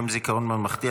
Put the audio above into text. יום זיכרון ממלכתי),